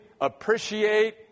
appreciate